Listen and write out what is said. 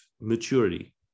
maturity